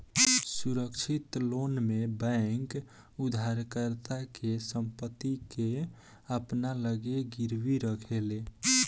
सुरक्षित लोन में बैंक उधारकर्ता के संपत्ति के अपना लगे गिरवी रखेले